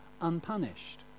unpunished